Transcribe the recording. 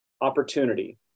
opportunity